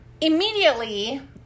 immediately